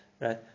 Right